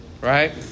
Right